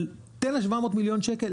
תן לה 700 מיליון שקל,